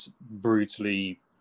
brutally